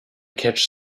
catch